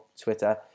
Twitter